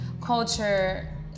culture